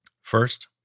First